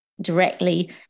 directly